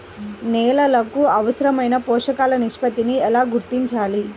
నేలలకు అవసరాలైన పోషక నిష్పత్తిని ఎలా గుర్తించాలి?